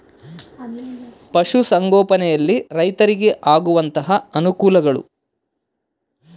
ಪಶುಸಂಗೋಪನೆಯಲ್ಲಿ ರೈತರಿಗೆ ಆಗುವಂತಹ ಅನುಕೂಲಗಳು?